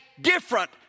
different